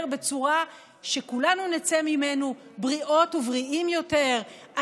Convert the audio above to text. בצורה שכולנו נצא ממנו בריאות ובריאים יותר,